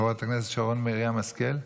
חברת הכנסת שרן מרים השכל,